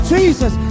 Jesus